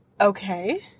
okay